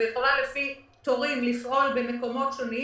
ויכולה לפעול במקומות שונים